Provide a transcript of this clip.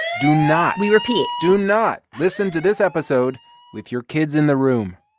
do not. we repeat do not listen to this episode with your kids in the room